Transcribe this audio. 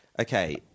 Okay